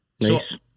Nice